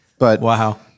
Wow